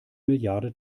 milliarde